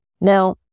Now